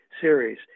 series